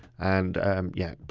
and yeah,